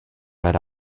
read